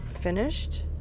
finished